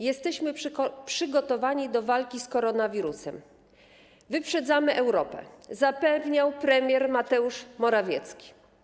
Jesteśmy przygotowani do walki z koronawirusem, wyprzedzamy Europę - zapewniał premier Mateusz Morawiecki.